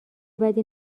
بدی